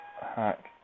hack